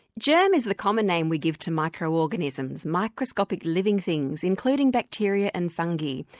germ is the common name we give to micro-organisms, microscopic living things, including bacteria and fungi.